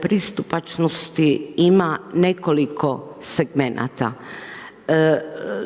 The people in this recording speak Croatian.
pristupačnosti ima nekoliko segmenata,